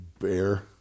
bear